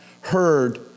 heard